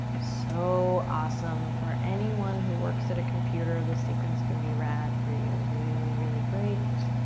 so awesome for anyone who works at a computer. this sequence can be rad for you, really, really great.